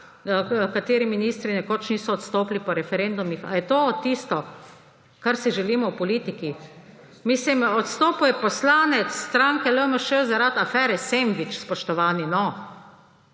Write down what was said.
kateri ministri nekoč niso odstopili po referendumih. Ali je to tisto, kar si želimo v politiki?! Odstopil je poslanec stranke LMŠ zaradi afere sendvič, spoštovani,